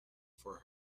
for